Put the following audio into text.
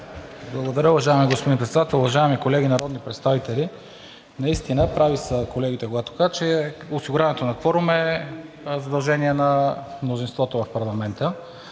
Благодаря. Уважаеми господин Председател, уважаеми колеги народни представители! Наистина колегите, когато казват, че осигуряването на кворума е задължение на мнозинството в парламента.